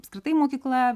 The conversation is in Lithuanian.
apskritai mokykla